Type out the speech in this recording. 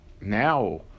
now